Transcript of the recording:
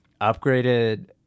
upgraded